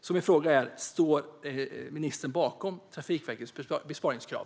Min fråga är: Står ministern bakom Trafikverkets besparingskrav?